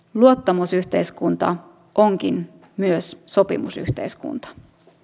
luottamusyhteiskunta onkin myös sopimusyhteiskunta